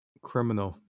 criminal